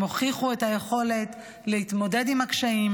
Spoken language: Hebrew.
הם הוכיחו את היכולת להתמודד עם הקשיים